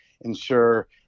ensure